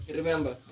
Remember